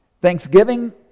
Thanksgiving